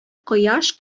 кояш